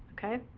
ok?